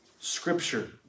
Scripture